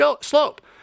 slope